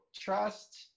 trust